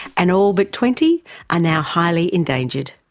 and all but twenty are now highly endangered.